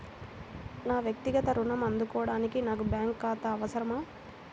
నా వక్తిగత ఋణం అందుకోడానికి నాకు బ్యాంక్ ఖాతా అవసరమా?